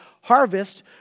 harvest